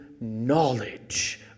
knowledge